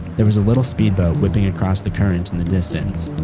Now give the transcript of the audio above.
there was a little speedboat whipping across the current in the distance.